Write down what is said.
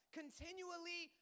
continually